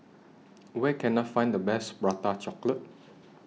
Where Can I Find The Best Prata Chocolate